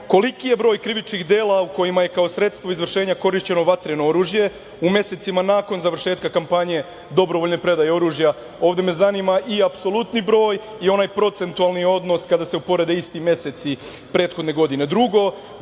koliki je broj krivičnih dela u kojima je kao sredstvo izvršenja korišćeno vatreno oružje u mesecima nakon završetka kampanje dobroBvoljne predaje oružja. Ovde me zanima i apsolutni broj i onaj procentualni odnos kada se uporede isti meseci prethodne godine. Drugo,